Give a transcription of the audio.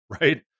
right